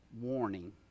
warning